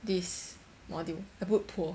this module I put poor